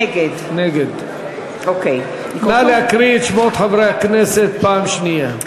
נגד נא להקריא את שמות חברי הכנסת פעם שנייה.